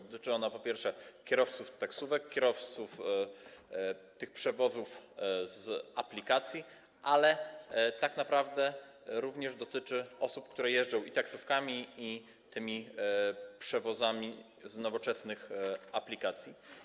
Dotyczy ona, po pierwsze, kierowców taksówek, kierowców wykonujących przewozy z aplikacji, ale tak naprawdę również dotyczy osób, które jeżdżą i taksówkami, i w ramach przewozów z nowoczesnych aplikacji.